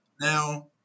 Now